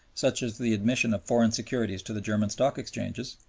such as the admission of foreign securities to the german stock exchanges,